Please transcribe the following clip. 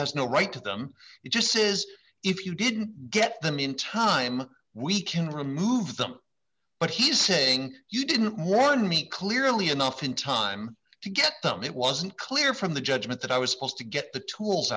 has no right to them he just says if you didn't get them in time we can remove them but he's saying you didn't mourn me clearly enough in time to get them it wasn't clear from the judgement that i was supposed to get the tools